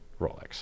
Rolex